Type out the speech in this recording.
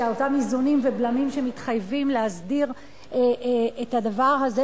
שאותם איזונים ובלמים שמתחייבים להסדיר את הדבר הזה,